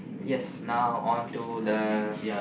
yes now on to the